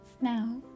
Now